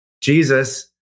Jesus